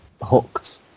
hooked